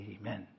Amen